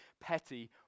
petty